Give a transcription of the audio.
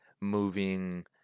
moving